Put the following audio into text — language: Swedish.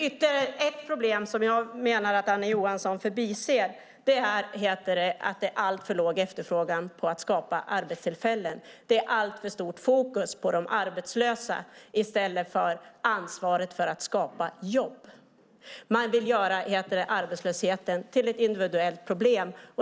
Ytterligare ett problem som jag menar att Annie Johansson förbiser är att man skapar alltför få arbetstillfällen. Det är alltför stort fokus på de arbetslösa i stället för på ansvaret att skapa jobb. Man vill göra arbetslösheten till ett individuellt problem.